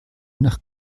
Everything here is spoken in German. nach